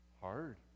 Hard